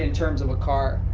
and terms of a car,